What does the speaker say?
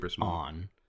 on